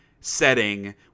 Setting